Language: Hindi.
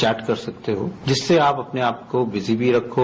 चौट कर सकते हो जिससे आप अपने आपको बिजी भी रखो